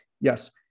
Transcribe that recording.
Yes